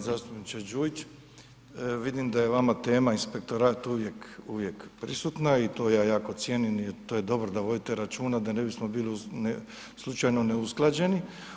Uvaženi zastupniče Đujić, vidim da je vama tema inspektorat uvijek, uvijek prisutna i to ja jako cijenim i to je dobro da vodite računa da ne bismo bili slučajno neusklađeni.